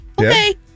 Okay